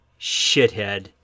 shithead